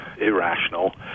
irrational